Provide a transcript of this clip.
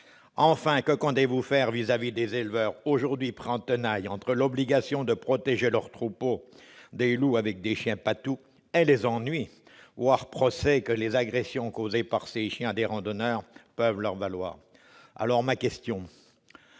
Enfin, que comptez-vous faire pour les éleveurs, aujourd'hui pris en tenaille entre l'obligation de protéger leurs troupeaux des loups avec des chiens patous et les ennuis, voire les procès, que les agressions causées par ces chiens à des randonneurs peuvent leur valoir ?